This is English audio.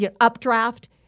updraft